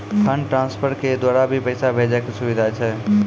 Fund transfer के द्वारा भी पैसा भेजै के सुविधा छै?